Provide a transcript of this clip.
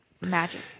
magic